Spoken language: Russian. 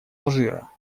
алжира